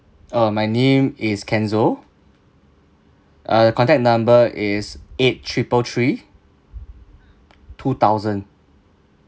oh my name is kenzo uh contact number is eight triple three two thousand